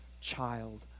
child